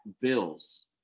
Bills